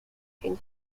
can